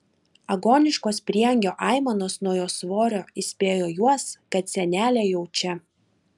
agoniškos prieangio aimanos nuo jos svorio įspėjo juos kad senelė jau čia